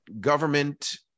government